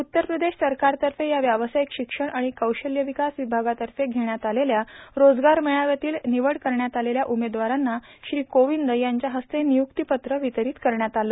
उत्तर प्रदेश सरकारतर्फे या व्यावसायिक शिक्षण आणि कौशल्य विकास विभागातर्फे घेण्यात आलेल्या रोजगार मेळाव्यातील निवड करण्यात आलेल्या उमेदवारांना श्री कोविंद यांच्या हस्ते नियुक्तीपत्र वितरित करण्यात आले